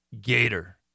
Gator